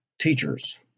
teachers